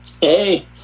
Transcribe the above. Hey